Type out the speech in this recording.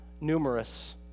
numerous